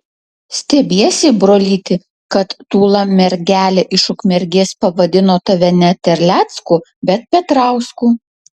stebiesi brolyti kad tūla mergelė iš ukmergės pavadino tave ne terlecku bet petrausku